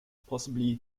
possibly